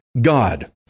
God